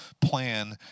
plan